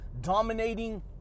dominating